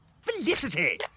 Felicity